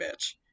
bitch